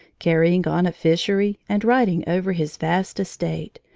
carrying on a fishery, and riding over his vast estate,